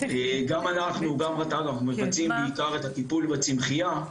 גם אנחנו וגם רט"ג מבצעים מבצעים בעיקר את הטיפול בצמחייה.